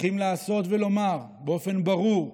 צריכים לעשות ולומר באופן ברור: